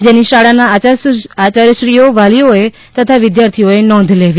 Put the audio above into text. જેની શાળાના આચાર્યશ્રીઓ વાલીઓએ તથા વિદ્યાર્થીઓએ નોંધ લેવી